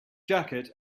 jacket